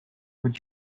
would